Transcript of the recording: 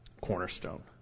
cornerstone